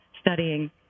studying